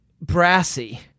Brassy